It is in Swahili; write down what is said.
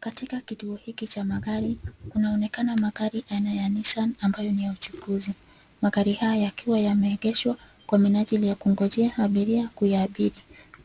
Katika kituo hiki cha magari, kunaonekana magari aina ya Nissan ambayo ni ya uchukuzi, magari haya yakiwa yameegeshwa, kwa minajili ya kungojea abiria kuyaabiri,